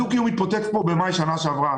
הדו-קיום התפוצץ פה במאי שנה שעברה,